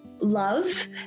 love